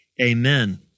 amen